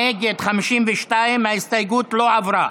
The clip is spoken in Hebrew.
נגד, 52. ההסתייגות לא עברה.